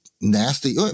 nasty